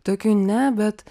tokių ne bet